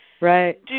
Right